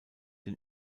den